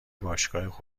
باشگاه